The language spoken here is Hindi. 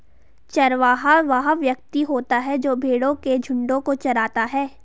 चरवाहा वह व्यक्ति होता है जो भेड़ों के झुंडों को चराता है